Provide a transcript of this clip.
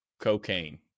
Cocaine